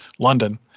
London